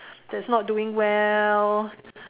that's not doing well